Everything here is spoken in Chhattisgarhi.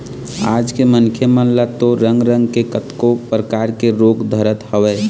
आज के मनखे मन ल तो रंग रंग के कतको परकार के रोग धरत हवय